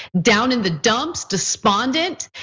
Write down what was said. down in the dumps, despondent.